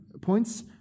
points